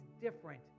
different